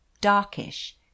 Darkish